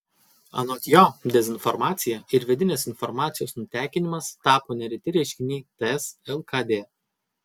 anot jo dezinformacija ir vidinės informacijos nutekinimas tapo nereti reiškiniai ts lkd